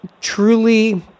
truly